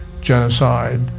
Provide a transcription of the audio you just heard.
genocide